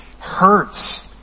hurts